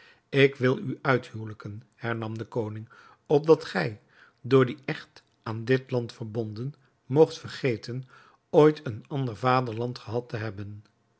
ik wil u uithuwelijken hernam de koning opdat gij door dien echt aan dit land verbonden moogt vergeten ooit een ander vaderland gehad te hebben